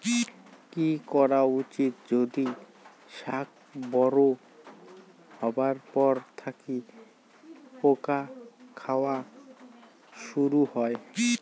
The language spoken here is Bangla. কি করা উচিৎ যদি শাক বড়ো হবার পর থাকি পোকা খাওয়া শুরু হয়?